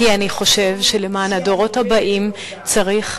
כי אני חושב שלמען הדורות הבאים צריך,